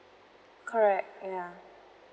correct ya